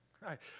right